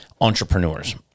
entrepreneurs